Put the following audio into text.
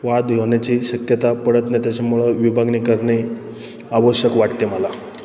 वाद होण्याची शक्यता पडत नाही त्याच्यामुळं विभागणी करणे आवश्यक वाटते मला